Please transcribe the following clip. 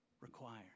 require